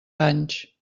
anys